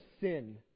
sin